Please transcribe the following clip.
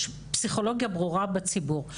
יש פסיכולוגיה ברורה בציבור,